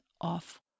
off